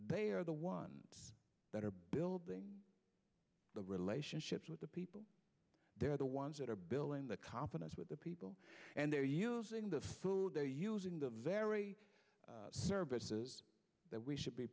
they are the ones that are building the relationships with the people they're the ones that are building the confidence with the people and their using the food they are using the very services that we should be